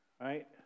Right